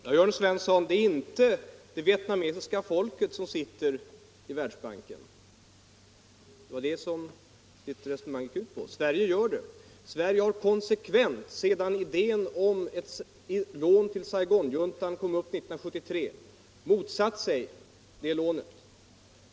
Herr talman! Det är inte, herr Jörn Svensson, det vietnamesiska folket som sitter i Världsbanken. Det var det som mitt resonemang gick ut på. Sverige gör det och har konsekvent sedan idén om ett lån till Saigonjuntan kom upp 1973 motsatt sig detta lån.